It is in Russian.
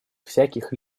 всяких